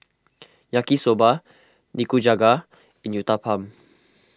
Yaki Soba Nikujaga and Uthapam